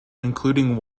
including